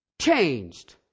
changed